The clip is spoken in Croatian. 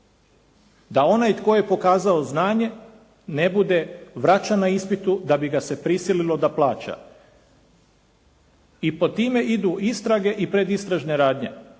da onaj tko je pokazao znanje ne bude vraćan na ispitu da bi ga se prisililo da plaća. I po time idu istrage i predistražne radnje.